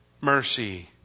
mercy